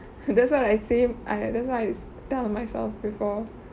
that's what I say I that's what I tell myself before